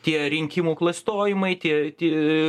tie rinkimų klastojimai tie